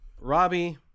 Robbie